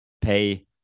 pay